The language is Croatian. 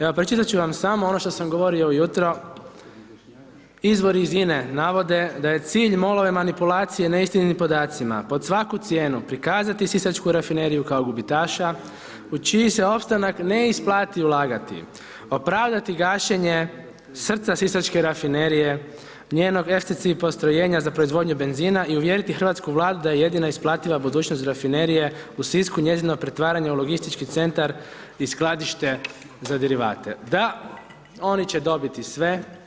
Evo pročitat ću vam samo ono što sam govorio ujutro: „Izvori iz INA-e navode da je cilj MOL-ove manipulacije neistinitim podacima pod svaku cijenu prikazati Sisačku rafineriju kao gubitaša u čiji se opstanak ne isplati ulagati, opravdati gašenje srca Sisačke rafinerije, njenog eftici i postrojenja za proizvodnju benzina i uvjeriti hrvatsku Vladu da je jedina isplativa budućnost rafinerije u Sisku njezino pretvaranje u logistički centar i skladište za derivate.“ Da, oni će dobiti sve.